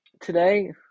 today